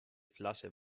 flasche